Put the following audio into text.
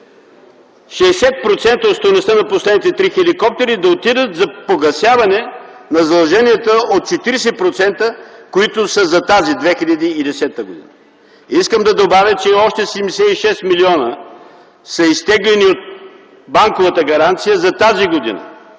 60% от стойността на последните три хеликоптера, да отидат да погасяване на задълженията от 40%, които са за 2010 г. Искам да добавя, че още 76 милиона са изтеглени от банковата гаранция за тази година.